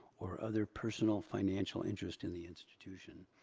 or other personal financial interest in the institution.